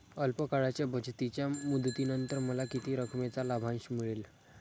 अल्प काळाच्या बचतीच्या मुदतीनंतर मला किती रकमेचा लाभांश मिळेल?